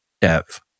dev